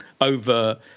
over